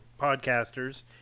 podcasters